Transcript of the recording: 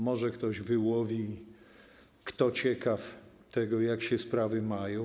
Może ktoś wyłowi, kto ciekaw tego, jak się sprawy mają.